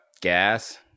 gas